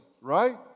right